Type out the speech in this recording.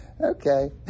okay